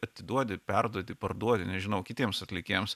atiduodi perduoti parduodi nežinau kitiems atlikėjams